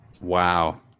Wow